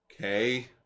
okay